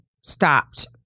stopped